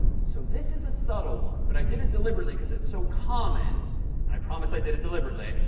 so this is a subtle one, but i did it deliberately, because it's so common and i promise i did it deliberately.